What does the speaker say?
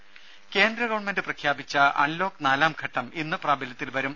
ദേദ കേന്ദ്രഗവൺമെന്റ് പ്രഖ്യാപിച്ച അൺലോക്ക് നാലാം ഘട്ടം ഇന്ന് പ്രാബല്യത്തിൽ വരും